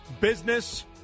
business